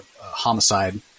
Homicide